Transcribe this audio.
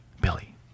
Billy